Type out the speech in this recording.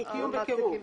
זה נקרא "ביצוע בקירוב".